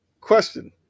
Question